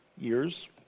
years